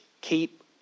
keep